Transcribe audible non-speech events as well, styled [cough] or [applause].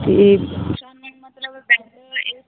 ਤੇ [unintelligible] ਮਤਲਬ ਬੈੱਡ ਇਸ